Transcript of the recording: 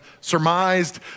surmised